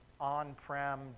on-prem